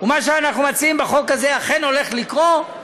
ומה שאנחנו מציעים בחוק הזה אכן הולך לקרות,